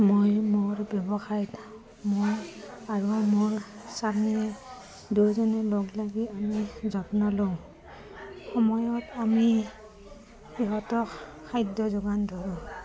মই মোৰ ব্যৱসায়ত মোৰ আৰু মোৰ স্বামী দুইজনে লগ লাগি আমি যত্ন লওঁ সময়ত আমি সিহঁতক খাদ্য যোগান ধৰোঁ